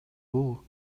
бул